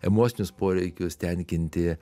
emocinius poreikius tenkinti